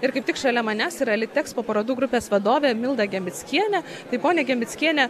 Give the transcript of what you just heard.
ir kaip tik šalia manęs yra litekspo parodų grupės vadovė milda gembickienė tai ponia gembickienė